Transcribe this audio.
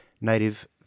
native